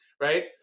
right